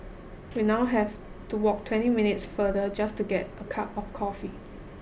we now have to walk twenty minutes farther just to get a cup of coffee